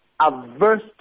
averse